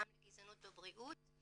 גם לגזענות בבריאות,